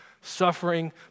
suffering